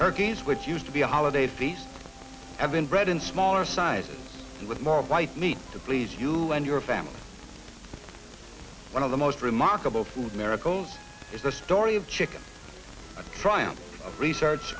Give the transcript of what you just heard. turkeys which used to be a holiday feast had been bred in smaller sizes and with more white meat to please you and your family one of the most remarkable food miracles is the story of chicken a try and research